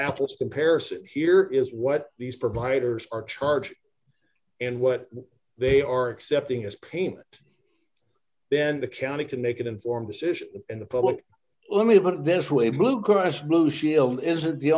apples comparison here is what these providers are charging and what they are accepting as payment then the county can make an informed decision and the public let me have it this way blue cross blue shield isn't the